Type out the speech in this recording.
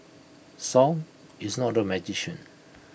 song is not A magician